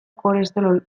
kolesterol